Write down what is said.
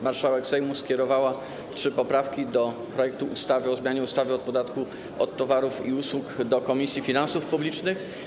Marszałek Sejmu skierowała trzy poprawki do projektu ustawy o zmianie ustawy o podatku od towarów i usług do Komisji Finansów Publicznych.